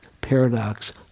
paradox